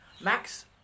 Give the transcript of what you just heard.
Max